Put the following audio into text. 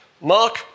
Mark